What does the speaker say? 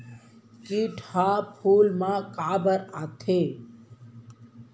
किट ह फूल मा काबर आथे?